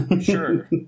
Sure